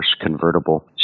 convertible